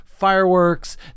Fireworks